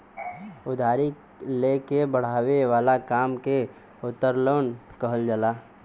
उधारी ले के बड़ावे वाला काम के उत्तोलन कहल जाला